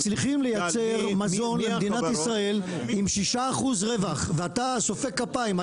מצליחים לייצר מזון למדינת ישראל עם 6% רווח ואתה סופק כפיים,